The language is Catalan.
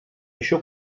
això